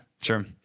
Sure